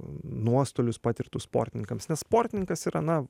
nuostolius patirtus sportininkams nes sportininkas yra na